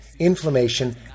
inflammation